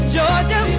Georgia